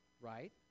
right